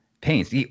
paints